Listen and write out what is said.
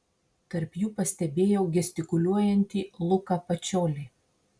tarp jų pastebėjau gestikuliuojantį luką pačiolį